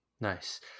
Nice